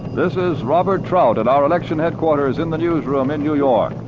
this is robert trout at our election headquarters in the news room in new york.